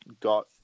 got